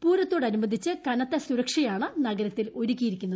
പൂർത്തോടനുബന്ധിച്ച് കനത്ത സുരക്ഷയാണ് നഗരത്തിൽ ഒരുക്കിയിരിക്കുന്നത്